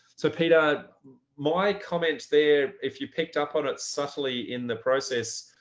so peter, my comments there if you picked up on it subtly in the process.